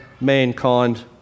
mankind